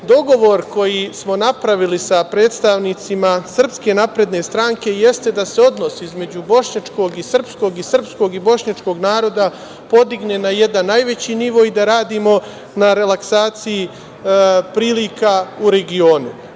dogovor koji smo napravili sa predstavnicima SNS jeste da se odnos između bošnjačkog i srpskog i srpskog i bošnjačkog naroda podigne na jedan najveći nivo i radimo na relaksaciji prilika u regionu. Znači,